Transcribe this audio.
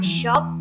shop